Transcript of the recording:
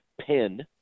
pin